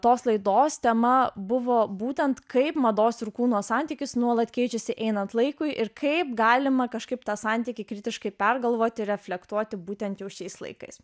tos laidos tema buvo būtent kaip mados ir kūno santykis nuolat keičiasi einant laikui ir kaip galima kažkaip tą santykį kritiškai pergalvoti reflektuoti būtent jau šiais laikais